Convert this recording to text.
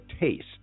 taste